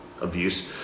abuse